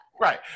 Right